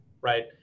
right